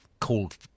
called